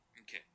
okay